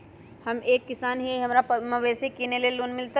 हम एक किसान हिए हमरा मवेसी किनैले लोन मिलतै?